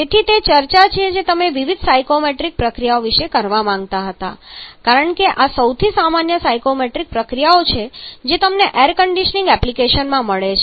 તેથી તે ચર્ચા છે જે તમે વિવિધ સાયક્રોમેટ્રિક પ્રક્રિયાઓ વિશે કરવા માંગતા હતા કારણ કે આ સૌથી સામાન્ય સાયક્રોમેટ્રિક પ્રક્રિયાઓ છે જે તમને એર કન્ડીશનીંગ એપ્લીકેશન્સમાં મળે છે